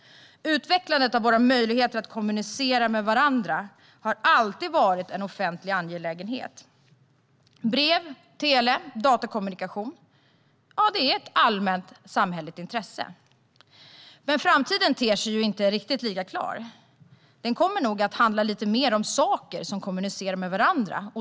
Utvecklandet av våra möjligheter att kommunicera med varandra har alltid varit en offentlig angelägenhet. Brev, tele och datakommunikation är ett allmänt samhälleligt intresse. Framtiden ter sig dock inte lika klar. Den kommer nog att handla lite mer om saker som kommunicerar med varandra.